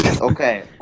Okay